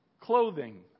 clothing